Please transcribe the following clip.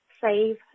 save